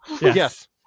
Yes